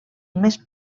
més